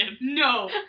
no